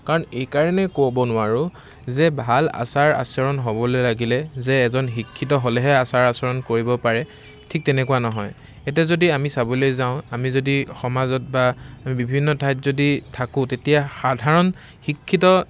কাৰণ এইকাৰণেই ক'ব নোৱাৰোঁ যে ভাল আচাৰ আচৰণ হ'বলৈ লাগিলে যে এজন শিক্ষিত হ'লেহে আচাৰ আচৰণ কৰিব পাৰে ঠিক তেনেকুৱা নহয় এতিয়া যদি আমি চাবলৈ যাওঁ আমি যদি সমাজত বা বিভিন্ন ঠাইত যদি থাকোঁ তেতিয়া সাধাৰণ শিক্ষিত